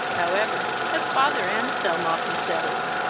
however, as father anselm often says,